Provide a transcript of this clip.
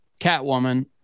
Catwoman